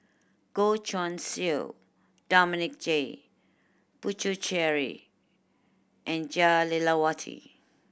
Goh Guan Siew Dominic J Puthucheary and Jah Lelawati